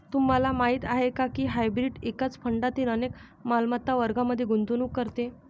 तुम्हाला माहीत आहे का की हायब्रीड एकाच फंडातील अनेक मालमत्ता वर्गांमध्ये गुंतवणूक करते?